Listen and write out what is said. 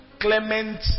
Clement